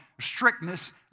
strictness